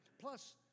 Plus